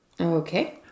Okay